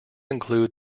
include